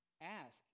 Ask